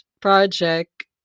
project